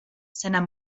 seiner